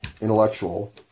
intellectual